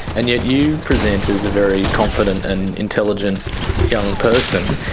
and yet you present as a very confident and intelligent young person.